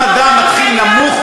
ואם אדם מתחיל נמוך,